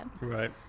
Right